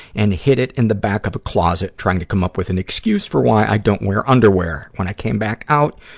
and hid it in the back of a closet, trying to come up with an excuse for why i don't wear underwear. when i came back out,